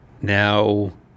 now